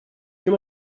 too